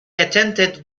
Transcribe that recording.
attended